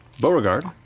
Beauregard